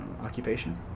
occupation